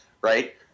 right